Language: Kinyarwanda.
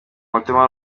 mutima